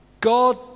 God